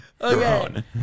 Okay